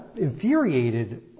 infuriated